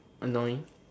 annoying